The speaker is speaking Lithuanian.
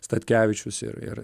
statkevičius ir ir